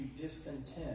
discontent